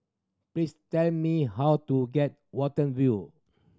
please tell me how to get Watten View